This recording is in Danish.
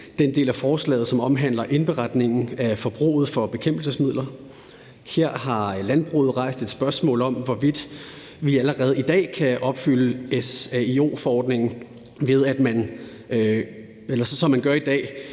til den del af forslaget, som omhandler indberetningen af forbruget af bekæmpelsesmidler. Her har landbruget rejst spørgsmål om, hvorvidt vi allerede i dag kan opfylde SAIO-forordningen ved – som man gør i dag